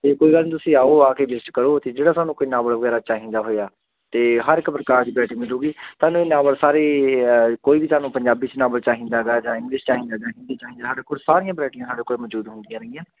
ਅਤੇ ਕੋਈ ਗੱਲ ਨਹੀਂ ਤੁਸੀਂ ਆਓ ਆ ਕੇ ਵਿਜ਼ਿਟ ਕਰੋ ਅਤੇ ਜਿਹੜਾ ਤੁਹਾਨੂੰ ਕੋਈ ਨਾਵਲ ਵਗੈਰਾ ਚਾਹੀਦਾ ਹੋਇਆ ਤਾਂ ਹਰ ਇੱਕ ਪ੍ਰਕਾਰ ਦੀ ਵਰਾਇਟੀ ਮਿਲੇਗੀ ਤੁਹਾਨੂੰ ਨਾਵਲ ਸਾਰੇ ਕੋਈ ਵੀ ਤੁਹਾਨੂੰ ਪੰਜਾਬੀ 'ਚ ਨਾਵਲ ਚਾਹੀਦਾ ਹੈਗਾ ਜਾਂ ਇੰਗਲਿਸ਼ 'ਚ ਚਾਹੀਦਾ ਹੈਗਾ ਹਿੰਦੀ ਚਾਹੀਦਾ ਸਾਡੇ ਕੋਲ ਵਰਾਟੀਆਂ ਸਾਡੇ ਕੋਲ ਮੌਜੂਦ ਹੁੰਦੀਆਂ ਰਹੀਆਂ